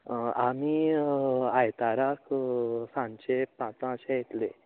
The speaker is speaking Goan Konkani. आं आमी आयताराक सांजचे पाचांक अशें येतले